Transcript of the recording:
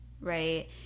right